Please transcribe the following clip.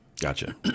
gotcha